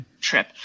trip